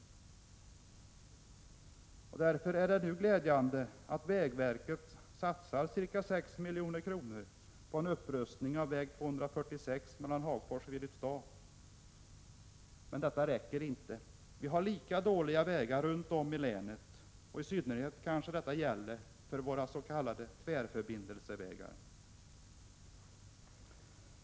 Därför är det glädjande att vägverket nu satsar ca 6 milj.kr. på upprustning av väg 246 mellan Hagfors och Filipstad. Men detta räcker inte — vi har andra lika dåliga vägar runt om i länet. I synnerhet kanske detta gäller för våra s.k. tvärförbindelsevägar.